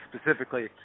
specifically